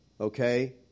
Okay